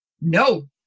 No